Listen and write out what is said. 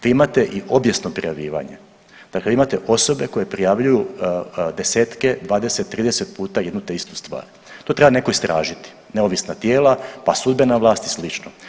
Tu imate i obijesno prijavljivanje, dakle imate osobe koje prijavljuju desetke, 20, 30 puta jednu te istu stvar, to treba neko istražiti, neovisna tijela, pa sudbena vlast i sl.